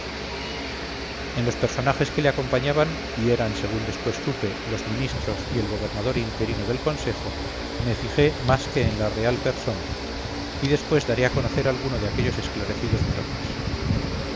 en los personajes que le acompañaban y eran según después supe los ministros y el gobernador interino del consejo me fijé más que en la real persona y después daré a conocer a alguno de aquellos esclarecidos varones